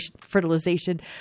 fertilization